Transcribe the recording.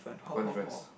one difference